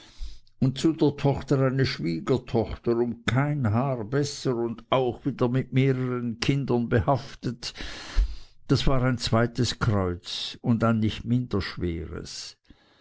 und zu der tochter eine schwiegertochter um kein haar besser und auch wieder mit mehreren kindern behaftet das war ein zweites kreuz und ein nicht minder schweres